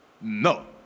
No